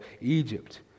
Egypt